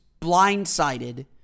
blindsided